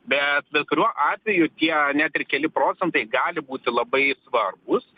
bet bet kuriuo atveju tie net ir keli procentai gali būti labai svarbūs